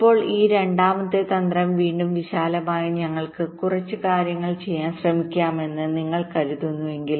ഇപ്പോൾ ഈ രണ്ടാമത്തെ തന്ത്രം വീണ്ടും വിശാലമായി ഞങ്ങൾക്ക് കുറച്ച് കാര്യങ്ങൾ ചെയ്യാൻ ശ്രമിക്കാമെന്ന് നിങ്ങൾ കരുതുന്നുവെങ്കിൽ